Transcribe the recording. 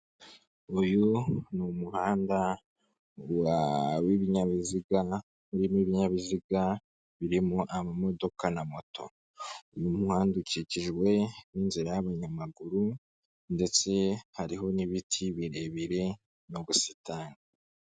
Uyu ni umuhanda w'ibinyabiziga birimo ibinyabiziga birimo amamodoka na moto, uyu muhanda ukikijwe n'inzira y'abanyamaguru ndetse hariho n'ibiti birebire n'ubusitani.